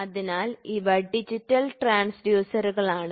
അതിനാൽ ഇവ ഡിജിറ്റൽ ട്രാൻസ്ഡ്യൂസറുകൾ ആണ്